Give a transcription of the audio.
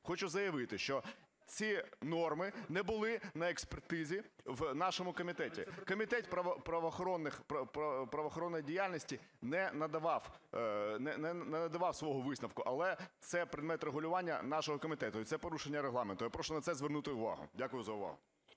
хочу заявити, що ці норми не були на експертизі в нашому комітеті. Комітет правоохоронної діяльності не надавав свого висновку, але це предмет регулювання нашого комітету, і це порушення Регламенту, я прошу на це звернути увагу. Дякую за увагу.